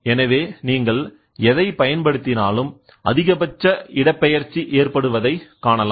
எனவேநீங்கள் எதை பயன்படுத்தினாலும் அதிகபட்ச இடப்பெயர்ச்சி ஏற்படுவதை காணலாம்